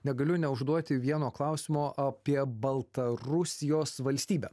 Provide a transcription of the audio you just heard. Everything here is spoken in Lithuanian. negaliu neužduoti vieno klausimo apie baltarusijos valstybę